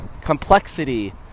complexity